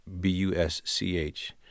B-U-S-C-H